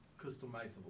customizable